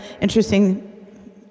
interesting